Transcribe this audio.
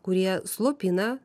kurie slopina